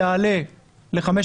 הדיסריגרד יעלה ל-5,300.